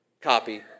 copy